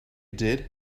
did